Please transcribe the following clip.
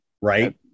right